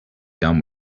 done